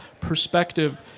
perspective